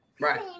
Right